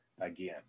again